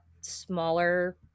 smaller